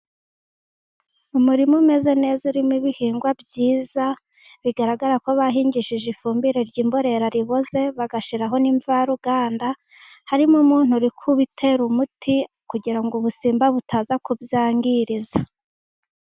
Umurima umeze neza urimo ibihingwa byiza, bigaragarako bahingishije ifumbire ry'imborera riboze bagashyiraho n'imvaruganda, harimo umuntu uri kubitera umuti kugira ngo ubusimba butaza kubyangiriza.